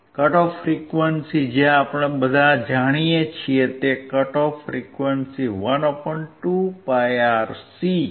cut off frequency જે આપણે બધા જાણીએ છીએ તે કટ ઓફ ફ્રીક્વન્સી 12πRC છે